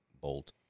Bolt